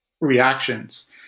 reactions